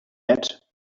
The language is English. met